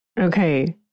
Okay